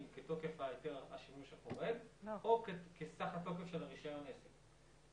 כתוקף ההיתר לשימוש חורג או רישיון העסק.